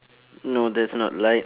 no that's not light